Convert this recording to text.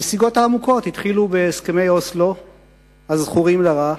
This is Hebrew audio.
הנסיגות העמוקות התחילו בהסכמי אוסלו הזכורים לרע.